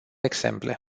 exemple